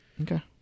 Okay